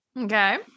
Okay